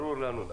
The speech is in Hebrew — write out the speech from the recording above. ברור לנו.